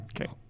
Okay